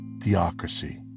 theocracy